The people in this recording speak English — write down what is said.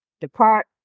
depart